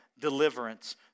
deliverance